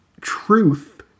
truth